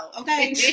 okay